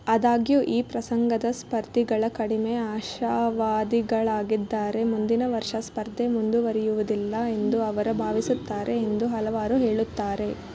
ಆದಾಗ್ಯೂ ಈ ಪ್ರಸಂಗದ ಸ್ಪರ್ಧಿಗಳು ಕಡಿಮೆ ಆಶಾವಾದಿಗಳಾಗಿದ್ದಾರೆ ಮುಂದಿನ ವರ್ಷ ಸ್ಪರ್ಧೆ ಮುಂದುವರಿಯುವುದಿಲ್ಲ ಎಂದು ಅವರು ಭಾವಿಸುತ್ತಾರೆ ಎಂದು ಹಲವರು ಹೇಳುತ್ತಾರೆ